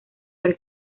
pre